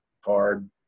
hard